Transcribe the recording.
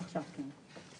עכשיו, כן.